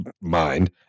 mind